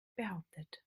behauptet